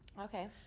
Okay